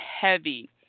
heavy